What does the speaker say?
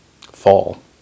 fall